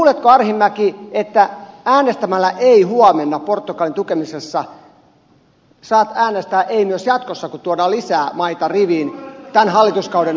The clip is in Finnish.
luuletko arhinmäki että äänestämällä ei huomenna portugalin tukemisesta saat äänestää ei myös jatkossa kun tuodaan lisää maita riviin tämän hallituskauden aikana